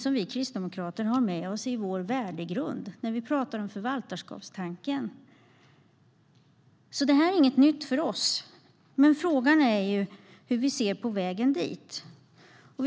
Det har vi kristdemokrater med oss i vår värdegrund när vi pratar om förvaltarskapstanken, så det här är inget nytt för oss. Men frågan är hur vägen dit ser ut.